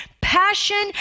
passion